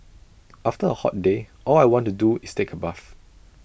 after A hot day all I want to do is take A bath